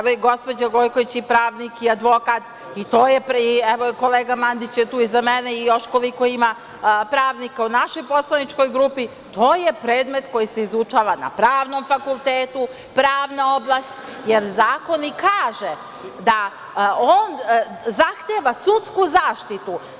Evo, i gospođa Gojković je pravnik i advokat, kolega Mandić je tu iza mene, i još koliko ima pravnika u našoj poslaničkoj grupi, to je predmet koji se izučava na pravnom fakultetu, pravna oblast, jer zakon i kaže da on zahteva sudsku zaštitu.